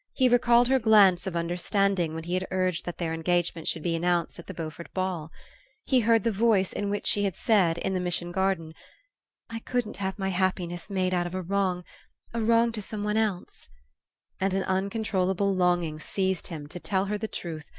he recalled her glance of understanding when he had urged that their engagement should be announced at the beaufort ball he heard the voice in which she had said, in the mission garden i couldn't have my happiness made out of a wrong a wrong to some one else and an uncontrollable longing seized him to tell her the truth,